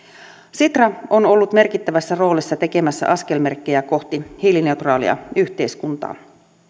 sitra on ollut merkittävässä roolissa tekemässä askelmerkkejä kohti hiilineutraalia yhteiskuntaa